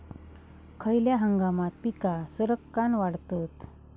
खयल्या हंगामात पीका सरक्कान वाढतत?